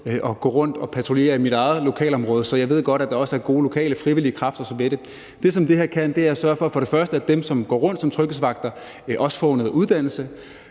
at gå rundt og patruljere i mit eget lokalområde, så jeg ved godt, at der også er gode lokale frivillige kræfter. Det, som det her kan, er som det første at sørge for, at dem, som går rundt som tryghedsvagter, får noget uddannelse,